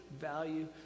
value